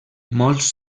molts